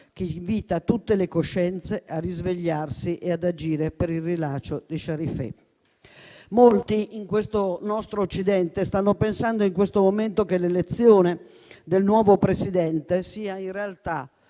che invita tutte le coscienze a risvegliarsi e ad agire per il rilascio di Sharifeh". Molti, nel nostro Occidente, stanno pensando in questo momento che il nuovo presidente eletto sia in realtà